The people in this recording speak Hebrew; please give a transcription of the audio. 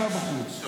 אפשר בחוץ.